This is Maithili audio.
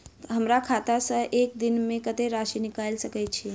हमरा खाता सऽ एक दिन मे कतेक राशि निकाइल सकै छी